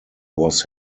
was